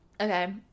Okay